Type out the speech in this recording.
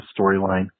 storyline